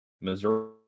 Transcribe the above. Missouri